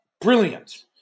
brilliant